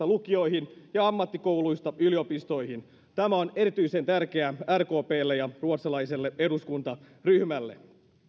lukioihin ja ammattikouluista yliopistoihin tämä on erityisen tärkeää rkplle ja ruotsalaiselle eduskuntaryhmälle